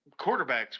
quarterbacks